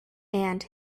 and